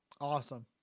Awesome